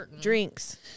drinks